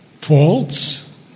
faults